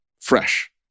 fresh